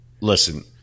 Listen